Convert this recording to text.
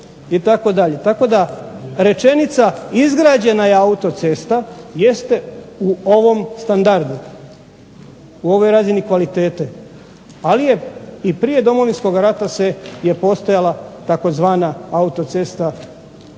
Tako da rečenica izgrađena je autocesta jeste u ovom standardu, u ovoj razini kvalitete, ali je i prije Domovinskog rata je postojala tzv. autocesta